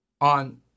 on